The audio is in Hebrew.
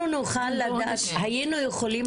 אנחנו היינו יכולים